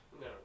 No